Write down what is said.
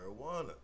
marijuana